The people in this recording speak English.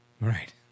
Right